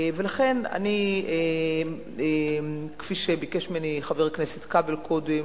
לכן, כפי שביקש ממני חבר הכנסת כבל קודם,